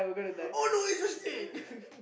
oh no it's a snake